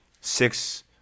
six